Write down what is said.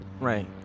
Right